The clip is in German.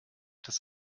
dass